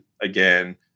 again